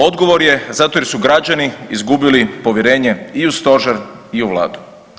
Odgovor je zato jer su građani izgubili povjerenje i u stožer i u vladu.